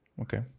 Okay